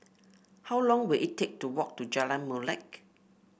how long will it take to walk to Jalan Molek